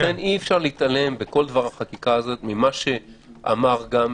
לכן אי אפשר להתעלם בכל דבר החקיקה זאת ממה שאמר כאן